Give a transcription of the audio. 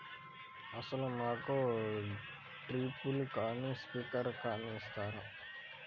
అసలు నాకు డ్రిప్లు కానీ స్ప్రింక్లర్ కానీ ఇస్తారా?